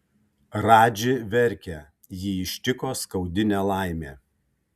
radži verkia jį ištiko skaudi nelaimė